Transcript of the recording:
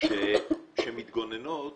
שמתגוננות